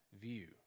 view